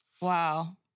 Wow